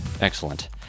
excellent